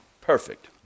perfect